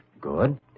Good